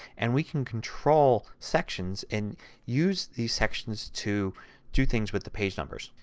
and we can control sections and use these sections to do things with the page numbers.